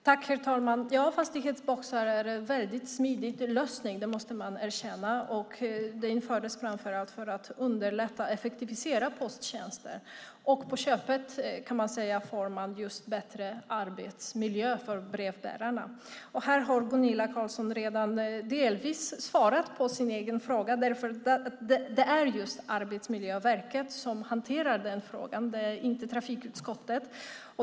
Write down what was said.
Herr talman! Ja, fastighetsboxar är en väldigt smidig lösning. Det måste man erkänna. De infördes framför allt för att underlätta och effektivisera posttjänster. På köpet får man just bättre arbetsmiljö för brevbärarna. Här har Gunilla Carlsson redan delvis svarat på sin egen fråga, för det är just Arbetsmiljöverket som hanterar denna fråga och inte trafikutskottet.